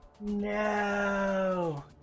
No